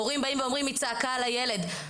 הורים אומרים: היא צעקה על הילד.